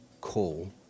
call